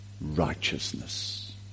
righteousness